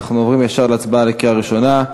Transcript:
ואנחנו עוברים ישר להצבעה בקריאה ראשונה.